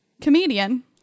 comedian